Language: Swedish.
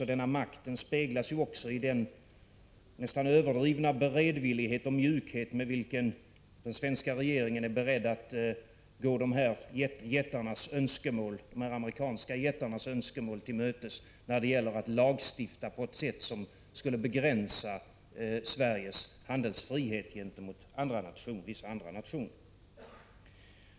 Denna makt speglas också i den nästan överdrivna beredvillighet och mjukhet med vilken den svenska regeringen går de amerikanska jättarnas önskemål till mötes när det gäller att lagstifta på ett sätt som skulle begränsa Sveriges handlingsfrihet gentemot vissa andra nationer.